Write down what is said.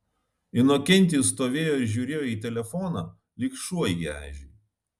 inokentijus stovėjo ir žiūrėjo į telefoną lyg šuo į ežį